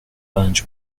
رنج